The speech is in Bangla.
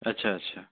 আচ্ছা আচ্ছা